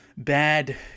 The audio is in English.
Bad